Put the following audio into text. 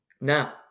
Now